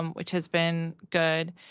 and which has been good.